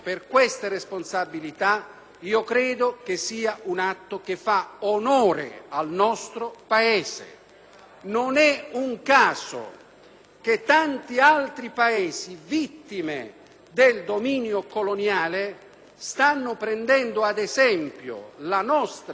Non è un caso che tanti altri Paesi, vittime del dominio coloniale, stiano prendendo ad esempio la nostra esperienza per avviare anche loro iniziative di questo tipo.